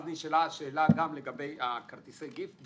אז נשאלה השאלה גם לגבי כרטיסי גיפט,